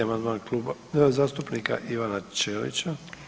6. amandman Kluba, zastupnika Ivana Ćelića.